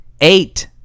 Eight